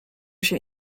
się